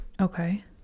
okay